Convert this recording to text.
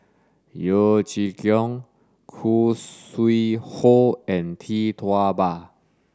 Yeo Chee Kiong Khoo Sui Hoe and Tee Tua Ba